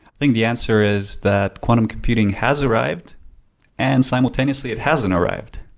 think the answer is that quantum computing has arrived and simultaneously it hasn't arrived.